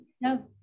no